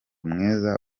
mwiza